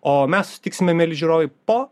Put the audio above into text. o mes susitiksime mieli žiūrovai po